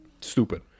Stupid